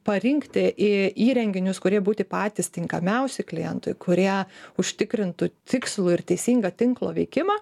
parinkti į įrenginius kurie būti patys tinkamiausi klientui kurie užtikrintų tikslų ir teisingą tinklo veikimą